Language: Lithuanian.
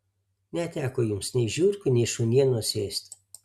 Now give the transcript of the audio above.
neteko jums nei žiurkių nei šunienos ėsti